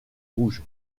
rouge